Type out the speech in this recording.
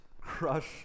crush